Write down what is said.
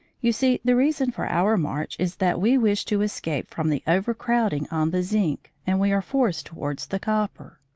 you see, the reason for our march is that we wish to escape from the overcrowding on the zinc, and we are forced towards the copper.